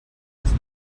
das